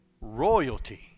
royalty